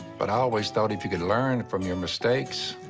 but i always thought if you learn from your mistakes,